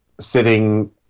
sitting